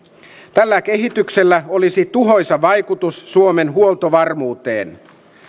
tällä kehityksellä olisi tuhoisa vaikutus suomen huoltovarmuuteen